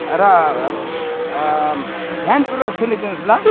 र ध्यानपूर्वक सुनिदिनु होस् ल